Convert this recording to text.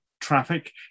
traffic